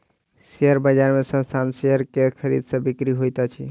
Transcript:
share बजार में संस्थानक शेयर के खरीद आ बिक्री होइत अछि